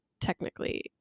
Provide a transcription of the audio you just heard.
technically